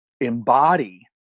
embody